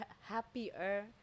happier